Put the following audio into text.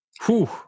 Whew